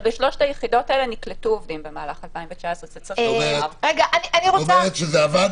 בשלוש היחידות האלה נקלטו עובדים במהלך 2019. את אומרת שזה עבד?